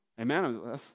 Amen